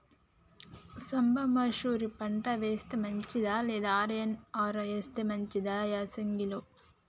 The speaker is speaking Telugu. సాంబ మషూరి పంట వేస్తే మంచిదా లేదా ఆర్.ఎన్.ఆర్ వేస్తే మంచిదా యాసంగి లో?